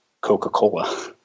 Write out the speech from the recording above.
Coca-Cola